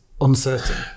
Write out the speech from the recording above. uncertain